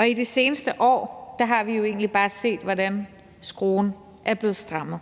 I det seneste år har vi jo egentlig bare set, hvordan skruen er blevet strammet.